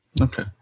Okay